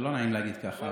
לא נעים להגיד ככה.